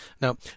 now